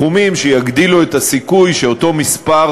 תחומים שיגדילו את הסיכוי שאותו מספר,